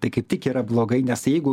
tai kaip tik yra blogai nes jeigu